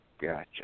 Gotcha